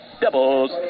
doubles